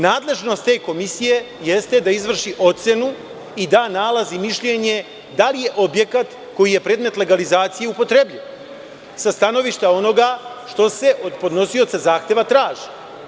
Nadležnost te komisije jeste da izvrši ocenu i da nalaz i mišljenje da li je objekat koji je predmet legalizacije upotrebljiv, sa stanovišta onoga što se od podnosioca zahteva traži.